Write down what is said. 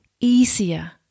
easier